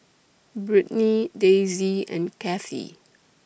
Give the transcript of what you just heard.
Brittny Daisey and Cathi